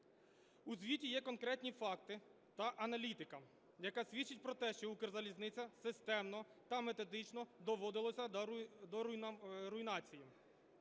У звіті є конкретні факти та аналітика, які свідчать про те, що Укрзалізниця системно та методично доводилася до руйнації.